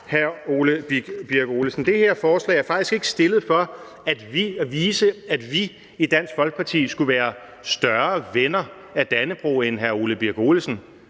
hr. Ole Birk Olesen, det her forslag er faktisk ikke fremsat for at vise, at vi i Dansk Folkeparti skulle være større venner af Dannebrog end hr. Ole Birk Olesen